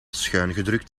schuingedrukt